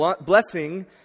blessing